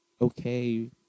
okay